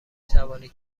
توانید